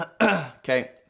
okay